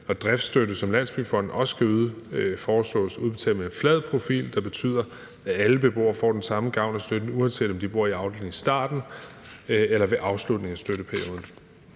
driftsstøtte, som Landsbyggefonden også skal yde, foreslås udbetalt med en flad profil, hvilket betyder, at alle beboere får den samme gavn af støtten, uanset om de bor i afdelingen i starten eller ved afslutningen af støtteperioden.